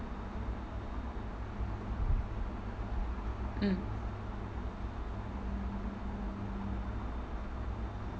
mm